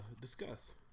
discuss